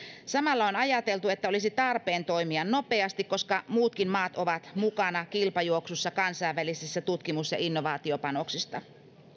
samalla on ajateltu että olisi tarpeen toimia nopeasti koska muutkin maat ovat mukana kilpajuoksussa kansainvälisistä tutkimus ja innovaatiopanoksista